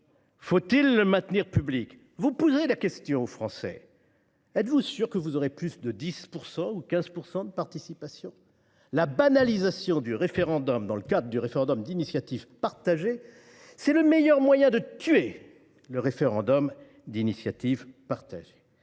ou bien le maintenir public ? Vous avez souhaité poser la question aux Français. Mais êtes vous sûr que vous auriez eu plus de 10 % ou de 15 % de participation ? La banalisation du référendum dans le cadre du référendum d’initiative partagée est le meilleur moyen de tuer le référendum d’initiative partagée